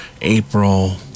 April